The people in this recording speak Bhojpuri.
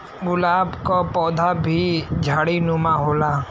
गुलाब क पौधा भी झाड़ीनुमा होला